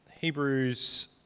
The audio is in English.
Hebrews